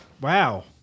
wow